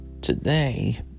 Today